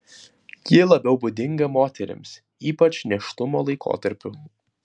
ji labiau būdinga moterims ypač nėštumo laikotarpiu